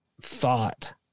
thought